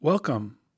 Welcome